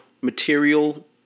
material